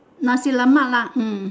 nasi-lemak lah hmm